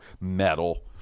Metal